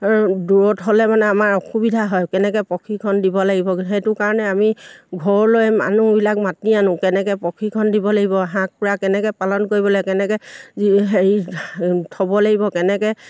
দূৰত হ'লে মানে আমাৰ অসুবিধা হয় কেনেকৈ প্ৰশিক্ষণ দিব লাগিব সেইটো কাৰণে আমি ঘৰলৈ মানুহবিলাক মাতি আনোঁ কেনেকৈ প্ৰশিক্ষণ দিব লাগিব হাঁহ কুকুৰা কেনেকৈ পালন কৰিব লাগে কেনেকৈ হেৰি থ'ব লাগিব কেনেকৈ